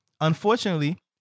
unfortunately